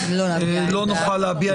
לא נוכל להביע עמדה.